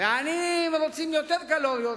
והעניים רוצים יותר קלוריות,